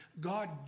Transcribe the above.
God